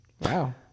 Wow